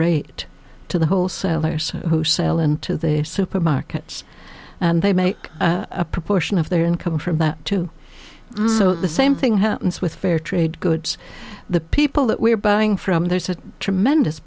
rate to the wholesalers who sell into their supermarkets and they make a proportion of their income from that too so the same thing happens with fair trade goods the people that we're buying from there's a tremendous